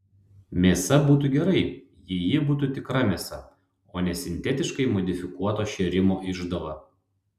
mėsa būtų gerai jei ji būtų tikra mėsa o ne sintetiškai modifikuoto šėrimo išdava